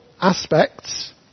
aspects